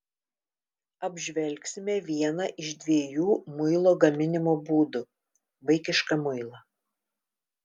apžvelgsime vieną iš dviejų muilo gaminimo būdų vaikišką muilą